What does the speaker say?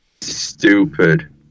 stupid